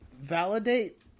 validate